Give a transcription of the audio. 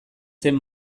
zen